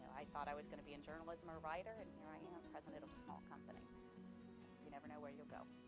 i thought i was gonna be in journalism or a writer, and here i am, president of a small company, so you never know where you'll go.